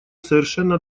совершенно